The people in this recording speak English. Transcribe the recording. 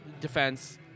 defense